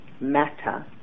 matter